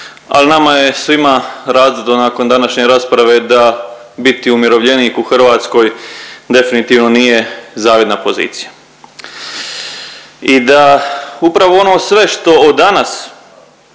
ali nama je svima razvidno nakon današnje rasprave da biti umirovljenik u Hrvatskoj definitivno nije zavidna pozicija i da upravo ono sve što od danas